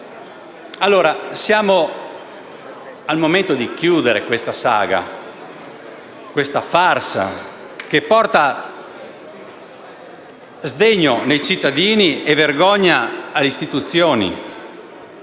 allora al momento di chiudere questa saga, questa farsa che suscita sdegno nei cittadini e porta vergogna alle istituzioni.